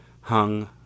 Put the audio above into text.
hung